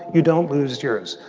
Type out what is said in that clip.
you don't lose jurors.